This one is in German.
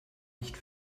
nicht